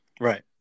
right